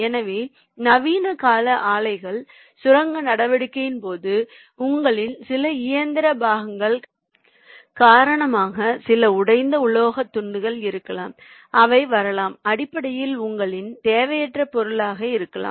எனவே நவீன கால ஆலைகள் சுரங்க நடவடிக்கையின் போது உங்களின் சில இயந்திர பாகங்கள் காரணமாக சில உடைந்த உலோகத் துண்டுகள் இருக்கலாம் அவை வரலாம் அடிப்படையில் உங்களின் தேவையற்ற பொருளாக இருக்கலாம்